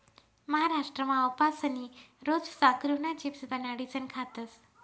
महाराष्ट्रमा उपासनी रोज साकरुना चिप्स बनाडीसन खातस